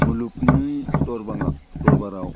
मुगुगनि दरबाराव